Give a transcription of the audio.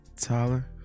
Tyler